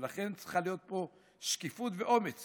ולכן צריכים להיות פה שקיפות ואומץ